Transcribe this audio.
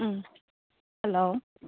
ꯎꯝ hello